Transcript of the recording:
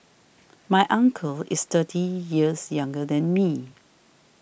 my uncle is thirty years younger than me